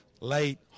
late